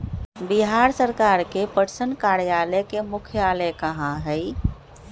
बिहार सरकार के पटसन कार्यालय के मुख्यालय कहाँ हई?